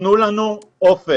תנו לנו אופק,